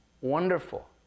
wonderful